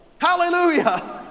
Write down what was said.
Hallelujah